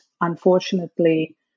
unfortunately